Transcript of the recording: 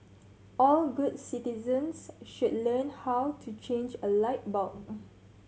all good citizens should learn how to change a light bulb